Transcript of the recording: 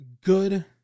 good